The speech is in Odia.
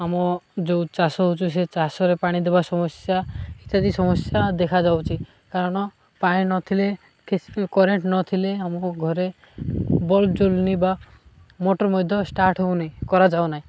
ଆମ ଯେଉଁ ଚାଷ ହେଉଛି ସେ ଚାଷରେ ପାଣି ଦେବା ସମସ୍ୟା ଇତ୍ୟାଦି ସମସ୍ୟା ଦେଖାଯାଉଛି କାରଣ ପାଣି ନଥିଲେ କି କରେଣ୍ଟ ନଥିଲେ ଆମ ଘରେ ବଲ୍ ଜଳୁନି ବା ମୋଟର ମଧ୍ୟ ଷ୍ଟାର୍ଟ ହେଉନି କରାଯାଉନାହିଁ